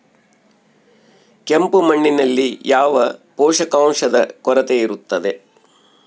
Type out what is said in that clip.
ಕೆಂಪು ಮಣ್ಣಿನಲ್ಲಿ ಯಾವ ಪೋಷಕಾಂಶದ ಕೊರತೆ ಇರುತ್ತದೆ?